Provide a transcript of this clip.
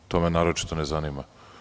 To me naročito ne zanima.